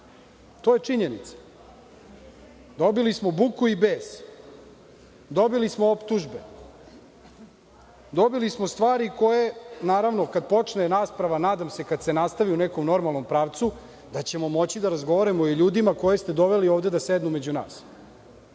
To je činjenica. Dobili smo buku i bes. Dobili smo tužbe. Dobili smo stvari koje naravno, kada počne rasprava, nadam se kada se nastavi u nekom normalnom pravcu, da ćemo moći da razgovaramo o ljudima koje ste doveli ovde da sednu među nas